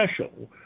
special